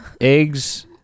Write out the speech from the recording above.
Eggs